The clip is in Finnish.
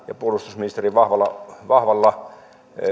ja puolustusministerin vahvalla vahvalla